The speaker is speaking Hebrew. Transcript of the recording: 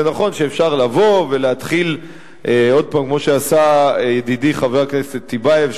זה נכון שאפשר לבוא ולהתחיל עוד פעם כמו שעשה ידידי חבר הכנסת טיבייב,